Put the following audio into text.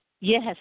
Yes